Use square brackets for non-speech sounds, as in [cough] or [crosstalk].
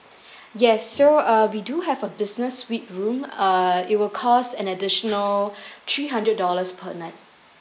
[breath] yes so uh we do have a business suite room uh it will cost an additional three hundred dollars per night